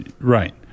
Right